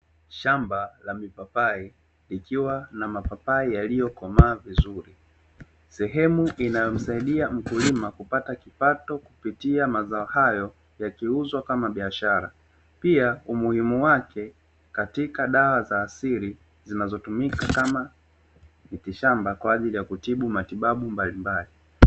Shamba la mipapai likiwa na mapapai yaliyokomaa vizuri, sehemu inayomsaidia mkulima kupata kipato kupitia mazao hayo yakiuzwa kama biashara. Pia umuhimu wake katika dawa za asili, zinazotumika kama mitishamba kwa ajili ya kutibu matibabu mbalimbali.